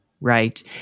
right